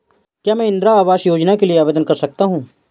क्या मैं इंदिरा आवास योजना के लिए आवेदन कर सकता हूँ?